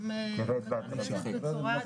זה יהיה צמוד החל מעתה והלאה לשכר הממוצע.